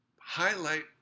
highlight